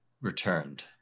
returned